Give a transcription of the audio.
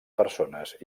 persones